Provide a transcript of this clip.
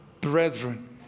brethren